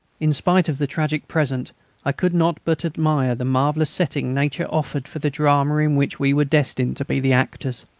in spite of the tragic present i could not but admire the marvellous setting nature offered for the drama in which we were destined to be the actors.